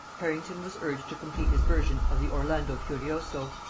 harrington was urged to complete his version of the orlando furioso,